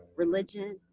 religion,